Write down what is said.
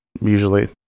Usually